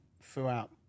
throughout